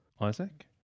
Isaac